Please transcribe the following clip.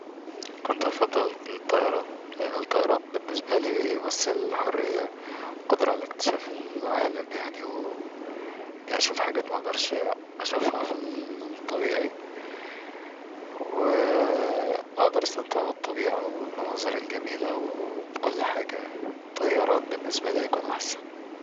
كنت هفضل الطيران لأن الطيران بالنسبالي بيمثل حرية القدرة على اكتشاف العالم يعني وإني اشوف حجات مقدرش أشوفها فالطبيعي و اقدر استمتع بالطبيعة والمناظر الجميلة وكل حاجة الطيران بالنسبالي هيكون أحسن